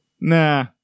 Nah